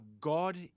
God